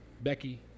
Becky